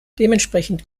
dementsprechend